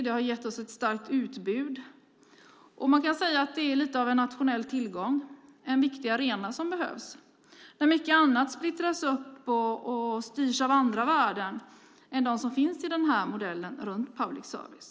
Det har gett oss ett starkt utbud. Man kan säga att det är lite av en nationell tillgång, en viktig arena som behövs när mycket annat splittras upp och styrs av andra värden än de som finns i modellen runt public service.